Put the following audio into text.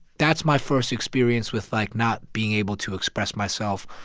that's my first experience with, like, not being able to express myself,